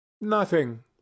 Nothing